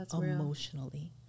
emotionally